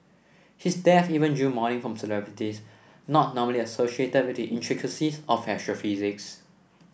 his death even drew mourning from celebrities not normally associated with the intricacies of astrophysics